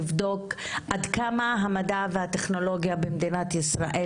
לבדוק עד כמה המדע והטכנולוגיה במדינת ישראל